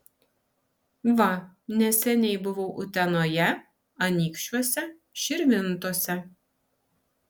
va neseniai buvau utenoje anykščiuose širvintose